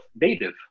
native